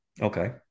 Okay